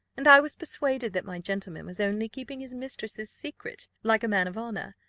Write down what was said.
and i was persuaded that my gentleman was only keeping his mistress's secret like a man of honour.